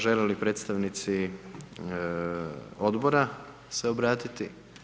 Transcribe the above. Žele li predstavnici se obratiti?